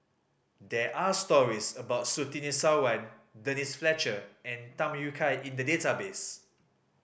there are stories about Surtini Sarwan Denise Fletcher and Tham Yui Kai in the database